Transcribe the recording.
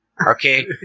Okay